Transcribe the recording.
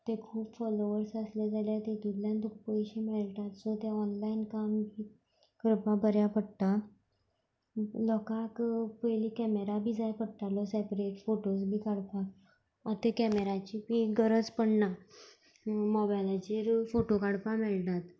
ते खूब फॉलोवर्स आसले जाल्या ते एक एकल्यान तुका पयशे मेळटा सो तें ऑनलायन काम करपा बऱ्या पडटा लोकाक पयलीं कॅमेरा बी जाय पडटालो सॅपरेट फोटोज बी काडपाक आतां कॅमेराची बी गरज पडना मोबायलाचेरू फोटो काडपा मेळटात